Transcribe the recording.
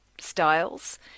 styles